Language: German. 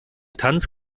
tanz